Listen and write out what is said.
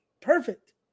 perfect